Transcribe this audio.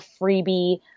freebie